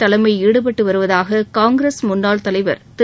தலைமை ஈடுபட்டு வருவதாக காங்கிரஸ் முன்னாள் தலைவர் திரு